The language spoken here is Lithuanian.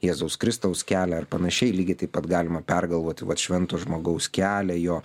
jėzaus kristaus kelią ar panašiai lygiai taip pat galima pergalvoti vat švento žmogaus kelią jo